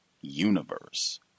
universe